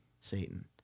Satan